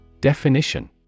DEFINITION